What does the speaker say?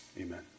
Amen